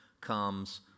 comes